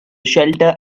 shelter